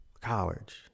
College